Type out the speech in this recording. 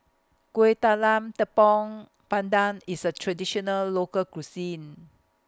Kueh Talam Tepong Pandan IS A Traditional Local Cuisine